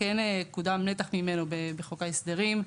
כן קודם נתח ממנו בחוק ההסדרים,